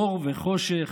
אור וחושך,